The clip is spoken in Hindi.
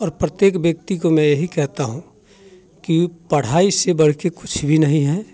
और प्रत्येक व्यक्ति को मैं यही कहता हूँ कि पढ़ाई से बढ़ के कुछ भी नहीं है